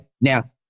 Now